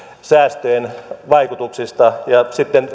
säästöjen vaikutuksista ja sitten